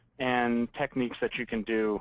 and techniques that you can do